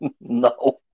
no